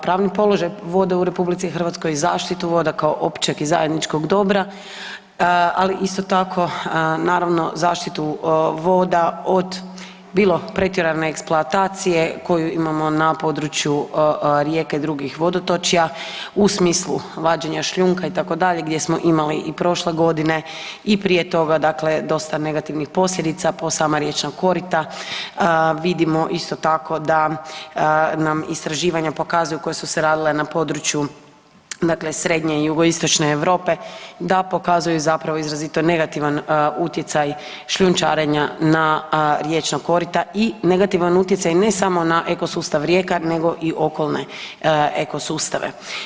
Pravni položaj vode u RH i zaštitu voda kao općeg i zajedničkog dobra, ali isto tako naravno zaštitu voda od bilo pretjerane eksploatacije koju imamo na području rijeke i drugih vodotočja u smislu vađenja šljunka itd. gdje smo imali i prošle godine i prije toga dakle, dosta negativnih posljedica po sama riječna korita, vidimo isto tako da nam istraživanja pokazuju koja su se radila na području dakle srednje i jugoistočne Europe da pokazuju zapravo izrazito negativan utjecaj šljunčarenja na riječna korita i negativan utjecaj ne samo na ekosustav rijeka nego i okolne ekosustave.